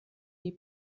die